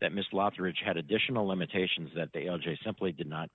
that miss lothrop had additional limitations that the l g simply did not